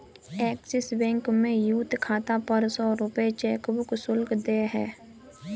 axis Bank में youth खाता पर सौ रूपये चेकबुक शुल्क देय है